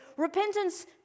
Repentance